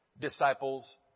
disciples